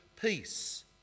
peace